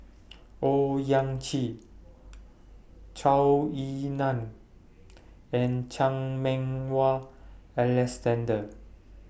Owyang Chi Zhou Ying NAN and Chan Meng Wah Alexander